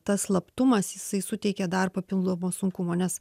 tas slaptumas jisai suteikia dar papildomo sunkumo nes